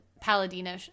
paladino